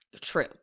True